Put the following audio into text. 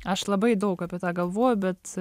aš labai daug apie tą galvoju bet